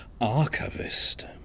archivist